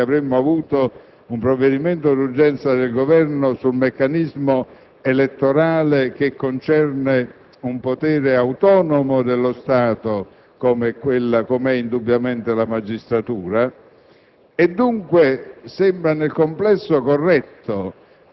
sarebbe stato probabilmente censurabile perché avremmo avuto un provvedimento d'urgenza del Governo su un meccanismo elettorale che concerne un potere autonomo dello Stato, qual è indubbiamente la magistratura.